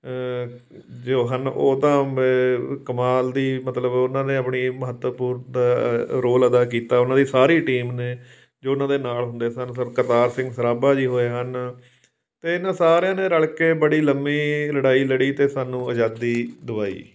ਜੋ ਹਨ ਉਹ ਤਾਂ ਕਮਾਲ ਦੀ ਮਤਲਬ ਉਹਨਾਂ ਨੇ ਆਪਣੀ ਮਹੱਤਵਪੂਰਨ ਰੋਲ ਅਦਾ ਕੀਤਾ ਉਹਨਾਂ ਦੀ ਸਾਰੀ ਟੀਮ ਨੇ ਜੋ ਉਹਨਾਂ ਦੇ ਨਾਲ ਹੁੰਦੇ ਸਨ ਸਰ ਕਰਤਾਰ ਸਿੰਘ ਸਰਾਭਾ ਜੀ ਹੋਏ ਹਨ ਅਤੇ ਇਹਨਾਂ ਸਾਰਿਆਂ ਨੇ ਰਲ ਕੇ ਬੜੀ ਲੰਬੀ ਲੜਾਈ ਲੜੀ ਅਤੇ ਸਾਨੂੰ ਆਜ਼ਾਦੀ ਦਵਾਈ